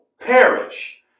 perish